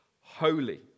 holy